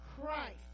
Christ